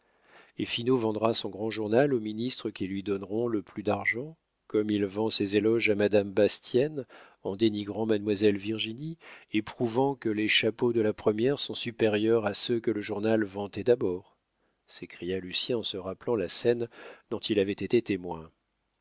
et finot vendra son grand journal aux ministres qui lui donneront le plus d'argent comme il vend ses éloges à madame bastienne en dénigrant mademoiselle virginie et prouvant que les chapeaux de la première sont supérieurs à ceux que le journal vantait d'abord s'écria lucien en se rappelant la scène dont il avait été témoin